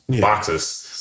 boxes